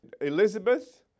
Elizabeth